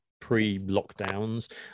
pre-lockdowns